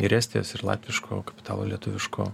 ir estijos ir latviško kapitalo lietuviško